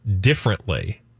differently